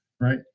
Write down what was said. right